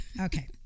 Okay